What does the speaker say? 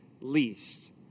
least